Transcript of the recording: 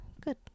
good